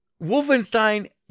Wolfenstein